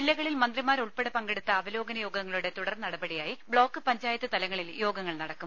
ജില്ലകളിൽ മന്ത്രിമാരുൾപ്പെടെ പങ്കെടുത്ത അവലോകന യോഗങ്ങളുടെ തുടർനടപടിയായി ബ്ലോക്ക് പഞ്ചായത്ത് തലങ്ങളിൽ യോഗങ്ങൾ നടക്കും